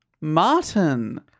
Martin